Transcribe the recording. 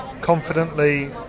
confidently